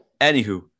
Anywho